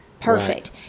Perfect